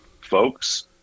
folks